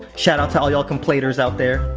shout out to all y'all complaters out there.